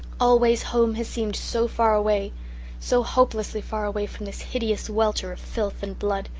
always home has seemed so far away so hopelessly far away from this hideous welter of filth and blood.